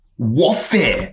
warfare